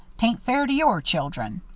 tain't fair to your children.